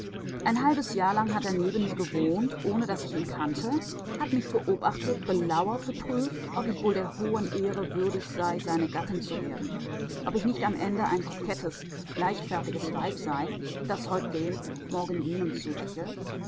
ein halbes jahr lang hat er neben mir gewohnt ohne daß ich ihn kannte hat mich beobachtet belauert geprüft ob ich wohl der hohen ehre würdig sei seine gattin zu werden ob ich nicht am ende ein kokettes leichtfertiges weib sei das heut dem morgen jenem zulächelt